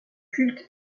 culte